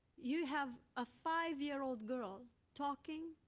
you have a five year old girl talking,